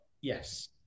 Yes